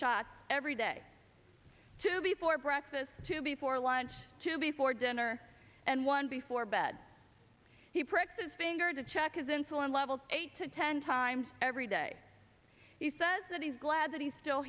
shots every day two before breakfast two before lunch two before dinner and one before bed he presses fingers to check his insulin levels eight to ten times every day he says that he's glad that he's still